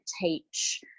teach